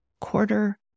quarter